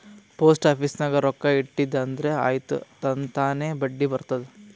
post office ನಾಗ್ ರೊಕ್ಕಾ ಇಟ್ಟಿದಿ ಅಂದುರ್ ಆಯ್ತ್ ತನ್ತಾನೇ ಬಡ್ಡಿ ಬರ್ತುದ್